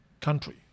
country